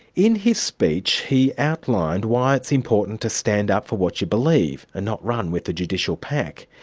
in his speech, he outlined why it's important to stand up for what you believe and not run with the judicial pack.